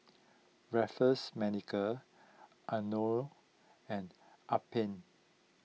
Raffles Medical Anello and Alpen